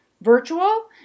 virtual